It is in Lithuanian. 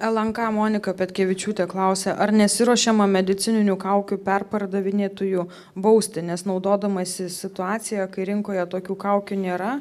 lnk monika petkevičiūtė klausė ar nesiruošiama medicininių kaukių perpardavinėtojų bausti nes naudodamasi situacija kai rinkoje tokių kaukių nėra